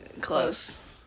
close